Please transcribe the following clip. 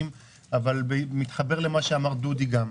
אבל זה מתחבר גם למה שאמר דודי אמסלם.